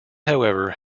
however